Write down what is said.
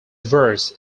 verse